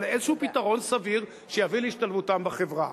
אבל איזה פתרון סביר שיביא להשתלבותם בחברה.